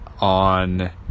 on